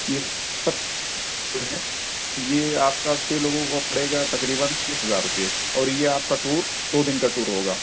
یہ سب جو ہے یہ آپ کا چھ لوگوں کا پڑے گا تقریباً تیس ہزار روپے اور یہ آپ کا ٹور دو دن کا ٹور ہوگا